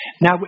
Now